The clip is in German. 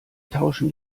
tauschen